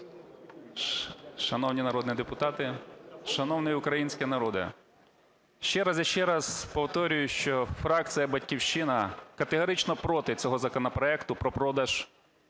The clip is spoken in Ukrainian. Шановні народні депутати, шановний український народе, ще раз і ще раз повторюю, що фракція "Батьківщина" категорично проти цього законопроекту про продаж